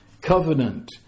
Covenant